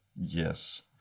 Yes